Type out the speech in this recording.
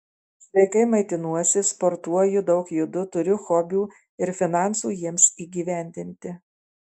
sveikai maitinuosi sportuoju daug judu turiu hobių ir finansų jiems įgyvendinti